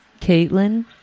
caitlin